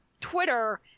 Twitter